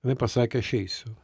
jinai pasakė aš eisiu